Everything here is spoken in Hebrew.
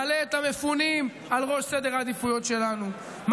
מעלה את המפונים על ראש סדר העדיפויות שלנו,